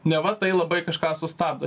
neva tai labai kažką sustabdo